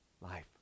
Life